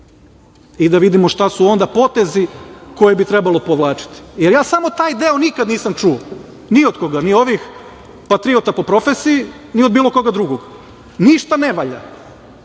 i da vidimo šta su onda potezi koje bi trebalo povlačiti, jer ja samo taj deo nikad nisam čuo, ni od koga, ni ovih patriota po profesiji, niti bilo koga drugog. Ništa ne valja,